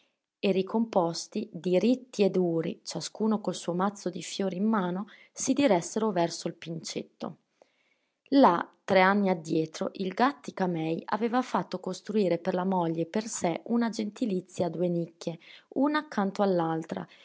e ricomposti diritti e duri ciascuno col suo mazzo di fiori in mano si diressero verso il pincetto là tre anni addietro il gàttica-mei aveva fatto costruire per la moglie e per sé una gentilizia a due nicchie una accanto